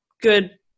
good